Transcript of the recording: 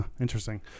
interesting